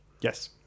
Yes